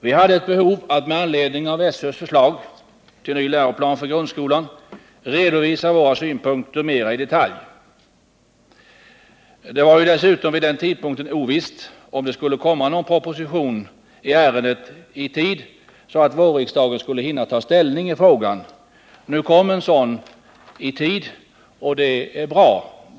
Vi hade ett behov av att med anledning av SÖ:s förslag till ny läroplan för grundskolan redovisa våra synpunkter mera i detalj. Det var ju dessutom vid den tidpunkten ovisst, om det skulle komma någon proposition i ärendet i sådan tid att vårriksdagen skulle hinna ta ställning i frågan. Nu kom en sådan proposition i tid, och det är bra.